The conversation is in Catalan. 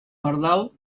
pardal